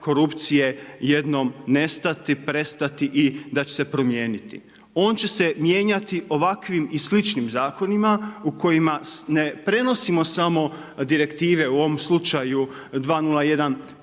korupcije jednom nestati, prestati i da će se promijeniti. On će se mijenjati ovakvim i sličnim zakonima u kojima ne prenosimo samo direktive u ovoj slučaju 2015/849